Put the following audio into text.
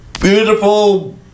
beautiful